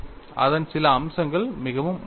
அதன் சில அம்சங்கள் மிகவும் ஒத்தவை